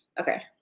Okay